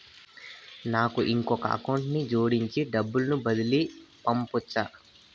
నాకు ఇంకొక అకౌంట్ ని జోడించి డబ్బును బదిలీ పంపొచ్చా?